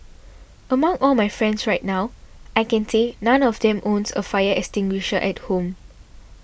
among all my friends right now I can say none of them owns a fire extinguisher at home